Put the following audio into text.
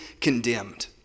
condemned